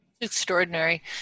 Extraordinary